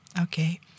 Okay